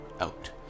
out